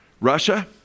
Russia